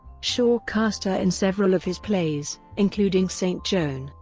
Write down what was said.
shaw cast her in several of his plays, including saint joan,